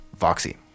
Voxy